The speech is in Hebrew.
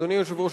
אדוני היושב-ראש,